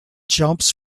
jumps